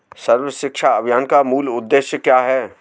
सर्व शिक्षा अभियान का मूल उद्देश्य क्या है?